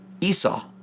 Esau